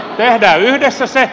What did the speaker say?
tehdään yhdessä se